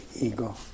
ego